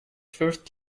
first